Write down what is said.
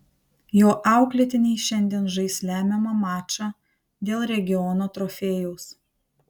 jo auklėtiniai šiandien žais lemiamą mačą dėl regiono trofėjaus